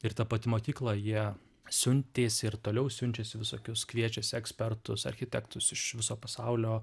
ir ta pati mokykla jie siuntėsi ir toliau siunčiasi visokius kviečiasi ekspertus architektus iš viso pasaulio